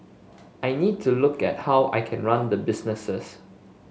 I need to look at how I can run the businesses